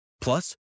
Plus